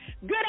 Good